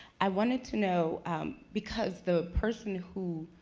i wanted to know because the person who